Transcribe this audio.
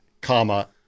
comma